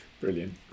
Brilliant